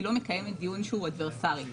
היא לא מקיימת דיון שהוא אדברסרי.